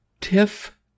Tiff